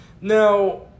Now